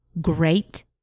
great